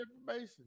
information